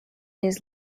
his